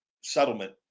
settlement